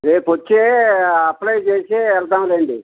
రేపొచ్చి apply చేసి వెళ్తాములేండి